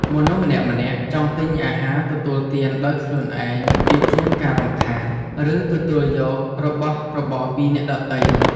មនុស្សម្នាក់ៗចង់ទិញអាហារទទួលទានដោយខ្លួនឯងជាជាងការរំខាន ឬទទួលយករបស់របរពីអ្នកដទៃ។